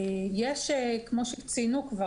יש כמו שציינו כבר,